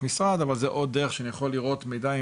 משרד אבל זה עוד דרך שאני יכול לראות מידע.